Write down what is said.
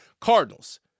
Cardinals